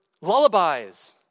lullabies